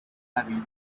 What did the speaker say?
heavy